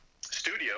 studio